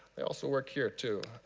they also work here too,